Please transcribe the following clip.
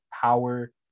power